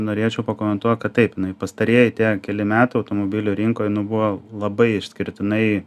norėčiau pakomentuo kad taip pastarieji tie keli metai automobilių rinkoj buvo labai išskirtinai